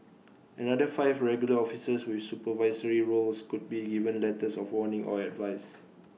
another five regular officers with supervisory roles could be given letters of warning or advice